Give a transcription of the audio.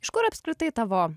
iš kur apskritai tavo